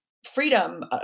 freedom